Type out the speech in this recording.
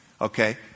Okay